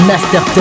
Master